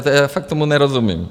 Já fakt tomu nerozumím.